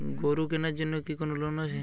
গরু কেনার জন্য কি কোন লোন আছে?